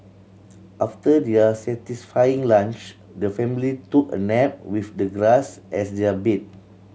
after their satisfying lunch the family took a nap with the grass as their bed